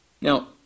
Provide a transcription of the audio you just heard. Now